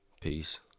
Peace